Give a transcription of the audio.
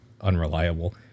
unreliable